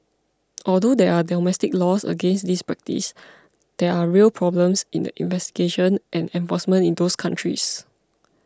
although there are domestic laws against this practice there are real problems in the investigation and enforcement in those countries